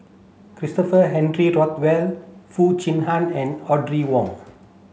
Christopher Henry Rothwell Foo Chee Han and Audrey Wong